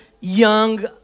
young